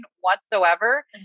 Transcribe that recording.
whatsoever